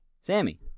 Sammy